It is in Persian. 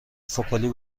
فکلی